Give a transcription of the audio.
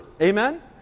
Amen